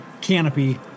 canopy